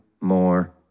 more